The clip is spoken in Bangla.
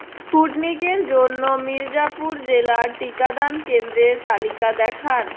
স্পুটনিকের জন্য মির্জাপুর জেলার টিকাদান কেন্দ্রের তালিকা দেখান